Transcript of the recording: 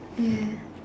yeah